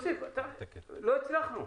לא הצלחנו.